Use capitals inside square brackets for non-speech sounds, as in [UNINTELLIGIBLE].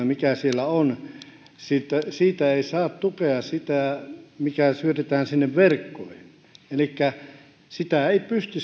[UNINTELLIGIBLE] mikä siellä on ei saa tukea siitä mikä syötetään verkkoihin elikkä sitä investointia ei pysty [UNINTELLIGIBLE]